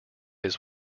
his